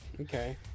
Okay